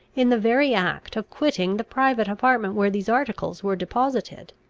in the very act of quitting the private apartment where these articles were deposited.